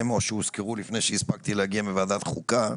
או שהוזכרו לפני שהספקתי להגיע מוועדת חוקה.